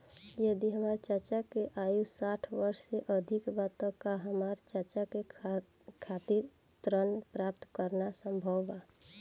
यदि हमार चाचा के आयु साठ वर्ष से अधिक बा त का हमार चाचा के खातिर ऋण प्राप्त करना संभव बा?